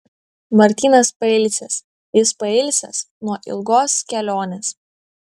martynas pailsęs jis pailsęs nuo ilgos kelionės